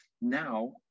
Now